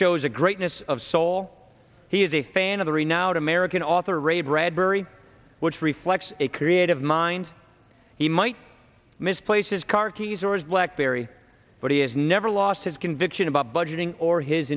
shows a greatness of soul he is a fan of the renowned american author ray bradbury which reflects a creative mind he might misplace his car keys or his blackberry but he has never lost his conviction about budgeting or his